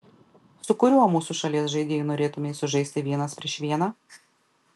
su kuriuo mūsų šalies žaidėju norėtumei sužaisti vienas prieš vieną